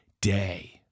day